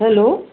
hello